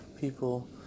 people